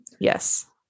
Yes